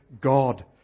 God